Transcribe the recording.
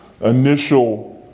initial